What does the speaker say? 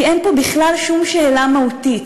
כי אין פה בכלל שום שאלה מהותית.